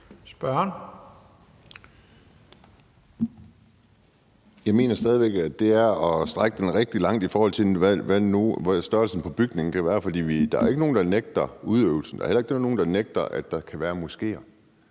Jeg mener stadig væk, at det er at trække den rigtig langt, i forhold til hvad størrelsen på bygningen kan være, for der er jo ikke nogen, der nægter udøvelsen, og der er heller ikke nogen, der benægter, at der kan være moskéer.